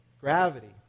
gravity